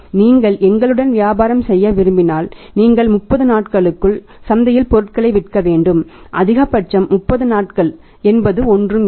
நீங்கள் எங்களுடன் வியாபாரம் செய்ய விரும்பினால் நீங்கள் 30 நாட்களுக்குள் சந்தையில் பொருட்களை விற்க வேண்டும் அதிகபட்சம் 30 நாட்கள் என்பது ஒன்றும் இல்லை